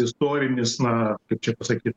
istorinis na kaip čia pasakyt